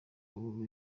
ubu